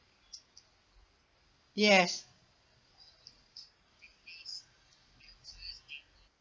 yes